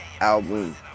album